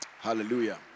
Hallelujah